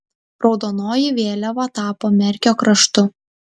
raudonoji vėliava tapo merkio kraštu